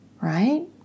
right